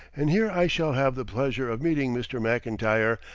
and here i shall have the pleasure of meeting mr. mcintyre,